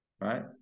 right